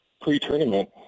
pre-tournament